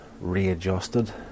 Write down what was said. Readjusted